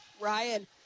Ryan